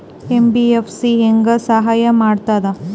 MBFC ಹೆಂಗ್ ಸಹಾಯ ಮಾಡ್ತದ?